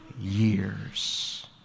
years